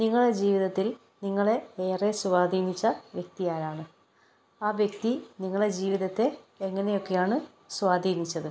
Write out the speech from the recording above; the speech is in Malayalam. നിങ്ങളുടെ ജീവിതത്തിൽ നിങ്ങളെ ഏറെ സ്വാധീനിച്ച വ്യക്തി ആരാണ് ആ വ്യക്തി നിങ്ങളെ ജീവിതത്തെ എങ്ങനെയൊക്കെയാണ് സ്വാധീനിച്ചത്